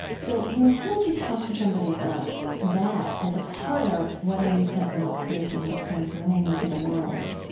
so, you know, how would you talk to somebody about that as a part of what aimee semple mcpherson was kind of bringing into the world?